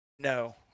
No